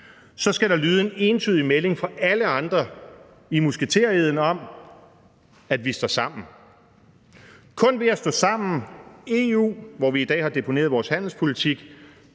skal lyde en entydig melding fra alle andre i musketereden om, at vi står sammen. Det er kun ved at stå sammen – EU, hvor vi i dag har deponeret vores handelspolitik,